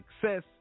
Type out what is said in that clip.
success